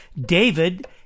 David